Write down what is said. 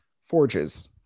forges